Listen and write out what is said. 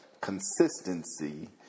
consistency